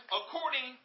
according